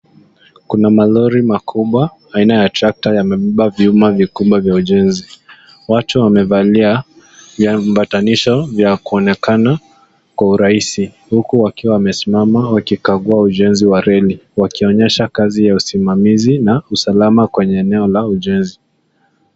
Kuna malori makubwa aina ya trekta yamepepa vyuma vikubwa vya ujenzi, watu wamevalia viambatanisho vya kuonekana kwa urahisi huku wakiwa wamesima wakikakuwa ujenzi wa reli wakionyesha kazi usimamizi na usalama kwenye ujenzi